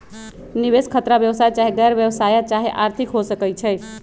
निवेश खतरा व्यवसाय चाहे गैर व्यवसाया चाहे आर्थिक हो सकइ छइ